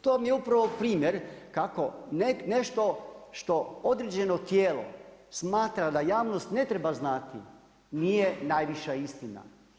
To vam je upravo primjer kako nešto što određeno tijelo smatra da javnost ne treba znati nije najviša istina.